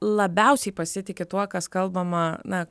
labiausiai pasitiki tuo kas kalbama na